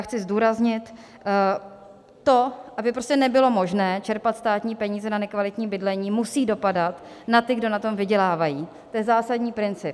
Chci zdůraznit to, aby prostě nebylo možné čerpat státní peníze na nekvalitní bydlení, musí dopadat na ty, kdo na tom vydělávají, to je zásadní princip.